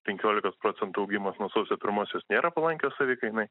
penkiolikos procentų augimas nuo sausio pirmosios nėra palankios savikainai